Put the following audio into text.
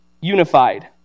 unified